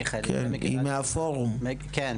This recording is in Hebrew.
מיכאל היא מהפורום כן,